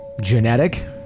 genetic